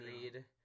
need